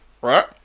right